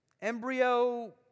embryo